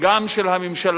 וגם של הממשלה,